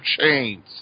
chains